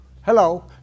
Hello